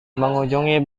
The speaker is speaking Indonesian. mengunjungi